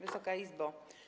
Wysoka Izbo!